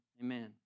Amen